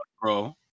bro